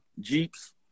Jeeps